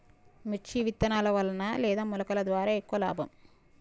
మిర్చి విత్తనాల వలన లేదా మొలకల ద్వారా ఎక్కువ లాభం?